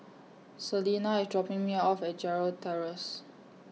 Celena IS dropping Me off At Gerald Terrace